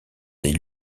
des